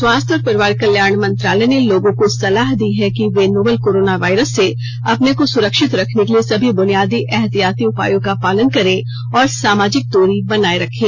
स्वास्थ्य और परिवार कल्याण मंत्रालय ने लोगों को सलाह दी है कि वे नोवल कोरोना वायरस से अपने को सुरक्षित रखने के लिए सभी बुनियादी एहतियाती उपायों का पालन करें और सामाजिक दूरी बनाए रखें